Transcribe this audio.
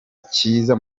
kiza